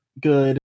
good